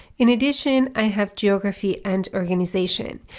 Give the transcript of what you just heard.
in addition, i have geography and organization.